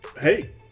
hey